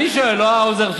בתי חולים לא מלכ"ר?